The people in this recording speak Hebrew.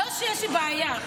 לא שיש לי בעיה.